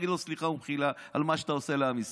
תגיד לו סליחה ומחילה על מה שאתה עושה לעם ישראל.